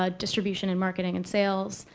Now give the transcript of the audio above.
ah distribution and marketing and sales,